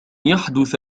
يحدث